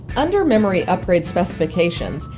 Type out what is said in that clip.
under memory upgrade specifications,